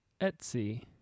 Etsy